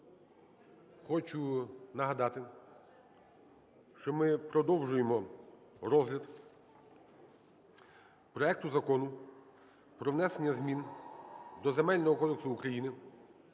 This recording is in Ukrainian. Хочу нагадати, що ми продовжуємо розгляд проекту Закону про внесення змін до Земельного кодексу України